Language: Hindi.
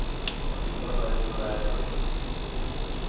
अभी क्या प्राइस चल रहा है लोहे का